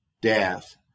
death